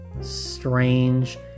strange